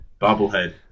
bobblehead